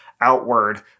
outward